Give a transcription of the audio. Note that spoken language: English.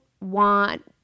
want